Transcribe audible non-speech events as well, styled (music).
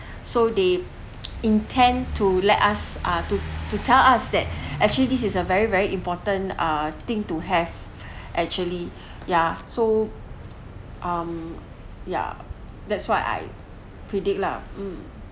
(breath) so they (noise) intend to let us ah to to tell us that (breath) actually this is a very very important ah thing to have (breath) actually yeah so um ya that's why I predict lah mm